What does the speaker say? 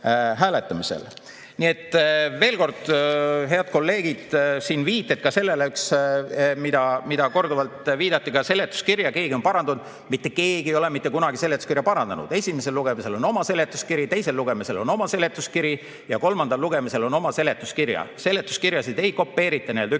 et veel kord, head kolleegid, siin viited ka sellele, mida korduvalt öeldi, et seletuskirja keegi on parandanud – mitte keegi ei ole mitte kunagi seletuskirja parandanud. Esimesel lugemisel on oma seletuskiri, teisel lugemisel on oma seletuskiri ja kolmandal lugemisel on oma seletuskiri. Seletuskirjasid ei kopeerita üksüheselt.